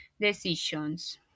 decisions